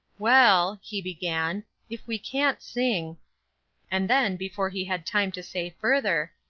well, he began if we cannot sing and then, before he had time to say further,